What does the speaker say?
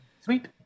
Sweet